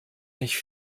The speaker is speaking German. nicht